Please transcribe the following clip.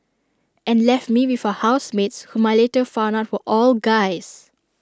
and left me with her housemates whom I later found out were all guys